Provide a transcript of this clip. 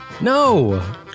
No